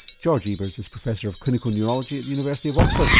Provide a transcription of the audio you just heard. george ebers is professor of clinical neurology at the university of oxford.